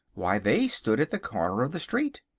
why, they stood at the corner of the street.